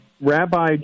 Rabbi